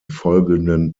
folgenden